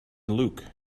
luke